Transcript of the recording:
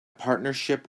partnership